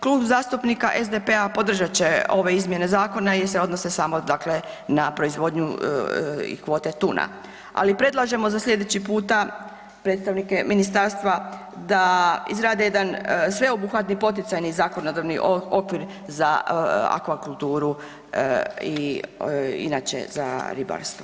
Klub zastupnika SDP-a podržat će ove izmjene zakona jer se odnose samo dakle na proizvodnju i kvote tuna, ali predlažemo za slijedeći puta predstavnike ministarstva da izrade jedan sveobuhvatni poticajni zakonodavni okvir za akvakulturu i inače za ribarstvo.